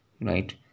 right